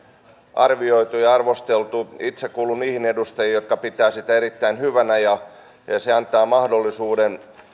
arvioitu ja arvosteltu itse kuulun niihin edustajiin jotka pitävät sitä erittäin hyvänä se antaa mahdollisuuden